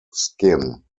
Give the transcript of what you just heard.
skin